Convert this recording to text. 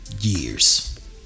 years